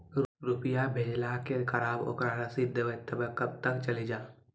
रुपिया भेजाला के खराब ओकरा रसीद देबे तबे कब ते चली जा?